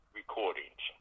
recordings